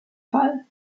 fall